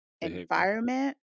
environment